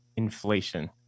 inflation